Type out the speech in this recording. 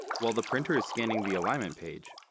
while the printer is scanning the alignment page,